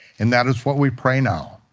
and that is what we pray now.